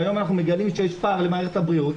שהיום אנחנו מגלים שיש פער למערכת הבריאות,